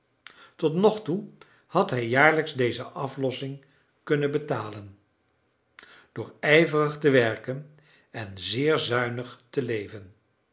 tot nogtoe had hij jaarlijks deze aflossing kunnen betalen door ijverig te werken en zeer zuinig te leven